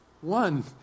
one